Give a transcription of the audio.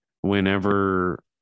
whenever